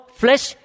flesh